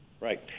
Right